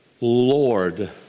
Lord